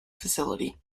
facility